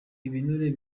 ibinure